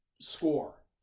score